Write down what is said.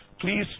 Please